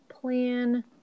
plan